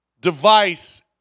device